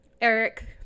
Eric